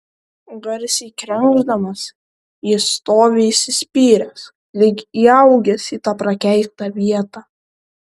garsiai krenkšdamas jis stovi įsispyręs lyg įaugęs į tą prakeiktą vietą